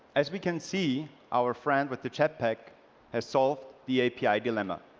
as we can see, our friend with the jetpack has solved the api dilemma.